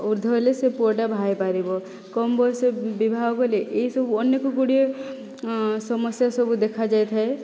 ଉର୍ଦ୍ଧ ହେଲେ ସେ ପୁଅଟା ବାହା ହୋଇପାରିବ କମ ବୟସ ବିବାହ କଲେ ଏଇସବୁ ଅନେକ ଗୁଡ଼ିଏ ସମସ୍ୟା ସବୁ ଦେଖାଯାଇଥାଏ